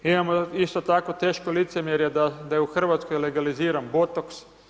Imamo isto tako teško licemjerje da je u Hrvatskoj legaliziran botox.